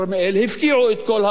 הפקיעו את כל האדמות,